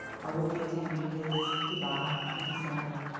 will be attending his good-bye in december.